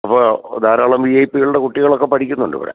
അപ്പോൾ ധാരാളം V I P കളുടെ കുട്ടികളൊക്കെ പഠിക്കുന്നുണ്ടിവിടെ